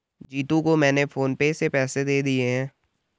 जीतू को मैंने PhonePe से पैसे दे दिए हैं